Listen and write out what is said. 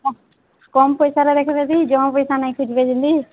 ହେ କମ୍ ପଇସାରେ ଦେଖିବେ ଯଦି ଜହୁଁ ପଇସା ନେଇ କି ଯିବେ ଯଦି